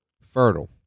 fertile